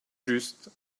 juste